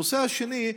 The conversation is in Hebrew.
הנושא השני,